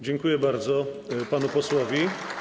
Dziękuję bardzo panu posłowi.